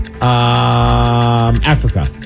Africa